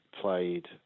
played